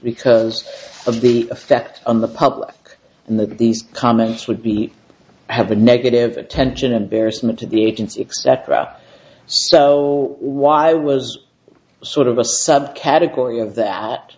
because of the effect on the public and that these comments would be have a negative attention embarrassment to the agency except about so why was sort of a subcategory of that